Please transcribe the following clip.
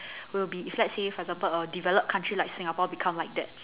will be if let's say for example a developed country like Singapore become like that